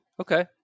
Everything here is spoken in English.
Okay